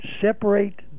separate